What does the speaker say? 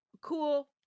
cool